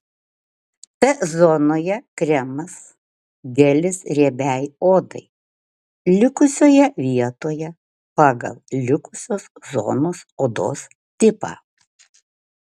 t zonoje kremas gelis riebiai odai likusioje vietoje pagal likusios zonos odos tipą